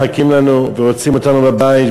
מחכים לנו ורוצים אותנו בבית,